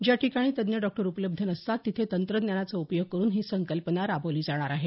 ज्याठिकाणी तज्ञ डॉक्टर उपलब्ध नसतात तिथे तंत्रज्ञानाचा उपयोग करुन ही संकल्पना रावबली जाणार आहे